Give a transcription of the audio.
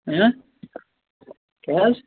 کیٛاہ حظ